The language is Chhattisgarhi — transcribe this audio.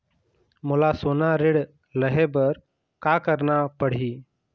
मोला सोना ऋण लहे बर का करना पड़ही?